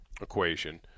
equation